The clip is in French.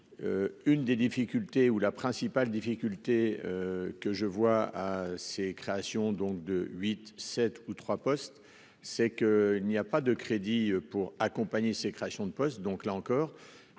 Une des difficultés ou la principale difficulté. Que je vois à ces créations donc de 8 7 ou trois postes c'est qu'il n'y a pas de crédit pour accompagner ces créations de postes.